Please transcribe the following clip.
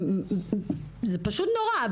זה פשוט נורא.